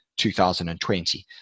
2020